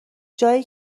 جایی